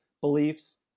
beliefs